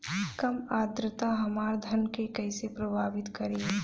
कम आद्रता हमार धान के कइसे प्रभावित करी?